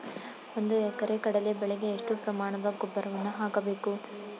ಒಂದು ಎಕರೆ ಕಡಲೆ ಬೆಳೆಗೆ ಎಷ್ಟು ಪ್ರಮಾಣದ ಗೊಬ್ಬರವನ್ನು ಹಾಕಬೇಕು?